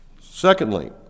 Secondly